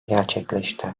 gerçekleşti